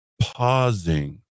pausing